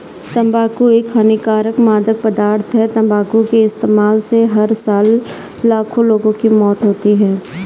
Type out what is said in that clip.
तंबाकू एक हानिकारक मादक पदार्थ है, तंबाकू के इस्तेमाल से हर साल लाखों लोगों की मौत होती है